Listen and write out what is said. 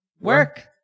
Work